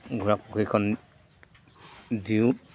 ঘোঁৰা প্ৰশিক্ষণ দিওঁ